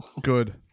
Good